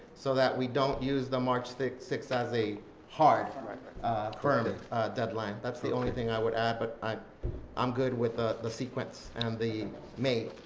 so that we don't use the march sixth as a hard firm deadline. that's the only thing i would add but i'm i'm good with ah the sequence and the may.